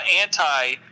anti